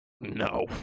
No